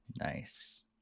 Nice